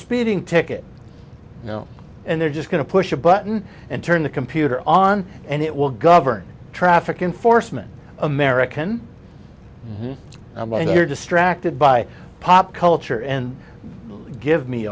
speeding ticket and they're just going to push a button and turn the computer on and it will govern traffic enforcement american when you're distracted by pop culture and give me